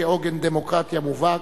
כעוגן דמוקרטיה מובהק,